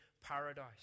paradise